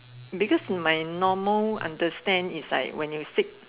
because in my normal understand it's like when you sick